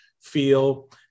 feel